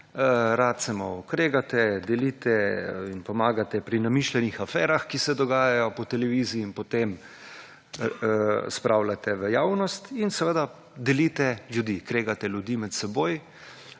malo kregate, delite in pomagate pri namišljenih aferah, ki se dogajajo po televiziji in potem spravljate v javnost in seveda, delite ljudi, kregate ljudi med seboj,